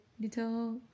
little